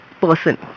person